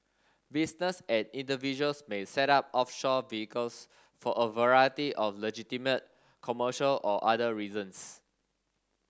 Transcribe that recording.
business and individuals may set up offshore vehicles for a variety of legitimate commercial or other reasons